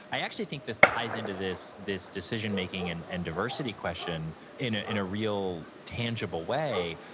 i actually think this ties into this this decision making and and diversity question in ah in a real, tangible way.